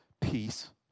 peace